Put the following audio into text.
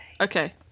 Okay